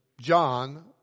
John